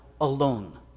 alone